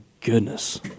goodness